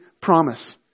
promise